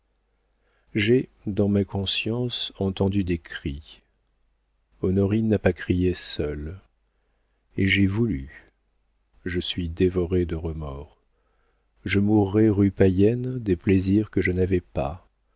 j'ai dans ma conscience entendu des cris honorine n'a pas crié seule et j'ai voulu je suis dévoré de remords je mourais rue payenne des plaisirs que je n'avais pas